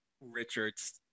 richard's